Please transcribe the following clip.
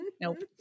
Nope